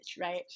right